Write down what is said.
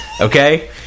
okay